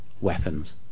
weapons